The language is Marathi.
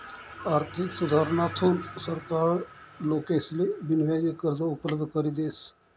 आर्थिक सुधारणाथून सरकार लोकेसले बिनव्याजी कर्ज उपलब्ध करी देस